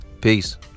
Peace